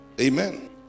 Amen